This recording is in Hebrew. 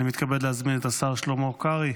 אני מתכבד להזמין את השר שלמה קרעי,